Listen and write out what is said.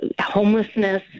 homelessness